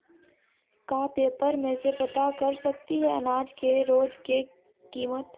का पेपर में से पता कर सकती है अनाज के रोज के किमत?